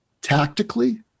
tactically